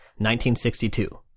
1962